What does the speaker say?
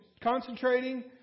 concentrating